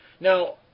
Now